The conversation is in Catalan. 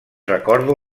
recordo